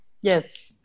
yes